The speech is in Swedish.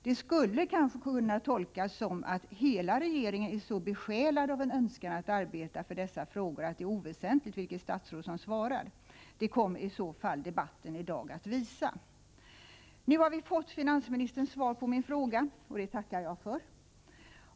Det skulle kanske kunna tolkas som att hela regeringen är så besjälad av en Önskan att arbeta för dessa frågor att det är oväsentligt vilket statsråd som svarar. Det kommer i så fall debatten i dag att visa. Nu har vi fått finansministerns svar på min fråga, och det tackar jag för.